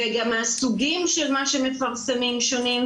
וגם הסוגים של מה שמפרסמים שונים,